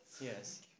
yes